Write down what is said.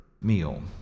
meal